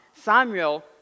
Samuel